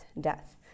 death